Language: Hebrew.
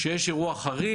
כשיש אירוע חריג,